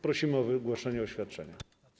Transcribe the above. Prosimy o wygłoszenie oświadczenia.